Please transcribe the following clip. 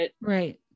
right